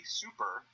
super